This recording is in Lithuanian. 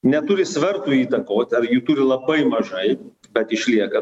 neturi svertų įtakot ar jų turi labai mažai bet išlieka